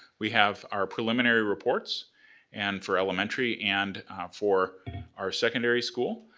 we have our preliminary reports and for elementary and for our secondary school.